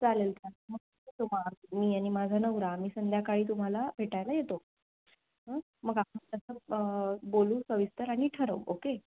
चालेल चालेल मग येतो मी आणि माझा नवरा आम्ही संध्याकाळी तुम्हाला भेटायला येतो ह मग आपण तसं बोलू सविस्तर आणि ठरवू ओके